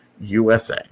USA